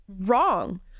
wrong